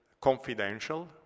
Confidential